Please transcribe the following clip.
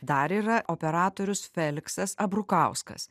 dar yra operatorius feliksas abrukauskas